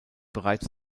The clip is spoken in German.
bereits